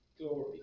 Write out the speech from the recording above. glory